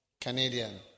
Canadian